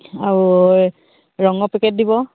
আৰু ৰঙৰ পেকেট দিব